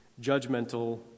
judgmental